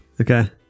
Okay